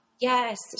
Yes